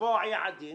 לקבוע יעדים